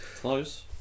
close